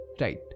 Right